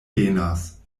venas